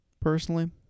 personally